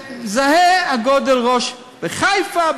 שגודל הראש זהה בחיפה,